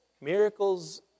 Miracles